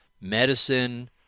Medicine